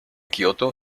kioto